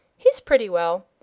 he's pretty well.